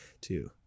two